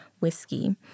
whiskey